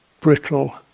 brittle